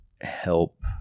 help